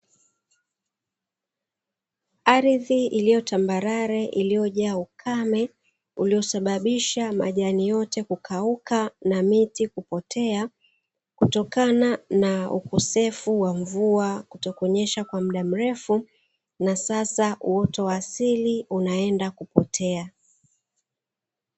Ardhi iliyotambarare iliyojaa ukame uliosababisha majani yote kukauka na miti kupotea, kutokana na ukosefu wa mvua kutokunyesha kwa muda mrefu, na sasa uoto wa asili unaenda kupotea.